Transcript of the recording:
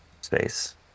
space